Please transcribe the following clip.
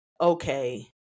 Okay